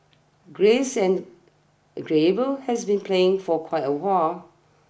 Grace and Gabriel has been playing for quite awhile